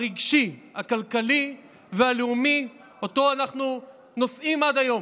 הרגשי, הכלכלי והלאומי שאותו אנו נושאים עד היום.